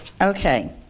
Okay